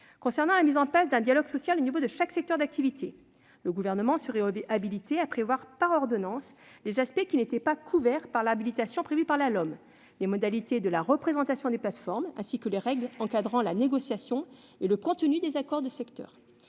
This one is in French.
concerne la mise en place d'un dialogue social au niveau de chaque secteur d'activité, le Gouvernement serait habilité à prévoir par ordonnance les aspects qui n'étaient pas couverts par l'habilitation prévue par la LOM : les modalités de la représentation des plateformes, ainsi que les règles encadrant la négociation et le contenu des accords de secteur.